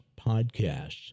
podcasts